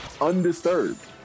undisturbed